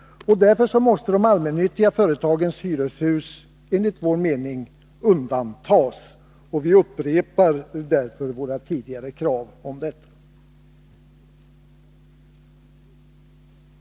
Därför måste de allmännyttiga företagens hyreshus enligt vår mening undantas, och vi upprepar därför våra tidigare krav om detta.